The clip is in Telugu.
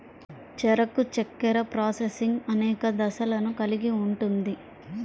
చెరకు చక్కెర ప్రాసెసింగ్ అనేక దశలను కలిగి ఉంటుంది